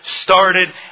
started